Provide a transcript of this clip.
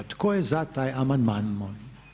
Tko je za taj amandman?